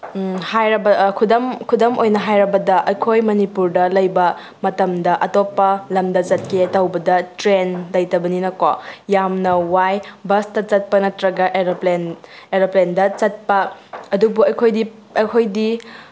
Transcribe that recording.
ꯍꯥꯔꯕ ꯈꯨꯗꯝ ꯈꯨꯗꯝ ꯑꯣꯏꯅ ꯍꯥꯏꯔꯕꯗ ꯑꯩꯈꯣꯏ ꯃꯅꯤꯄꯨꯔꯗ ꯂꯩꯕ ꯃꯇꯝꯗ ꯑꯇꯣꯞꯄ ꯂꯝꯗ ꯆꯠꯀꯦ ꯇꯧꯕꯗ ꯇ꯭ꯔꯦꯟ ꯂꯩꯇꯕꯅꯤꯅꯀꯣ ꯌꯥꯝꯅ ꯋꯥꯏ ꯕꯁꯇ ꯆꯠꯄ ꯅꯠꯇ꯭ꯔꯒ ꯑꯦꯔꯣꯄ꯭ꯂꯦꯟ ꯑꯦꯔꯣꯄ꯭ꯂꯦꯟꯗ ꯆꯠꯄ ꯑꯗꯨꯕꯨ ꯑꯩꯈꯣꯏꯗꯤ ꯑꯩꯈꯣꯏꯗꯤ